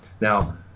Now